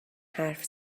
حرف